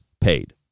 paid